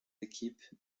équipes